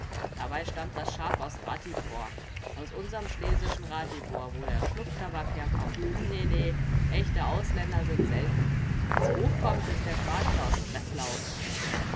dabei stammt das schaf aus ratibor aus unserm schlesischen ratibor wo der schnupftabak herkommt nee nee echte ausländer sind selten wenn's hoch kommt ist der schwarze aus breslau